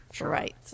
right